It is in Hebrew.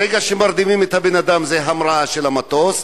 ברגע שמרדימים את הבן-אדם זה המראה של המטוס,